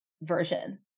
version